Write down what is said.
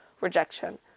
rejection